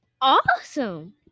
Awesome